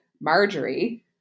Marjorie